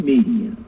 Media